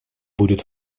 будет